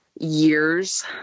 years